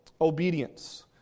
obedience